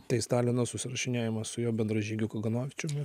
tai stalino susirašinėjimas su jo bendražygiu kaganovičiumi